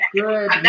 good